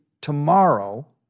tomorrow